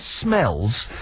smells